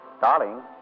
Darling